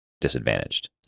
disadvantaged